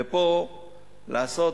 ופה לעשות